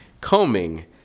combing